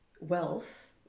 wealth